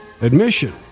Admission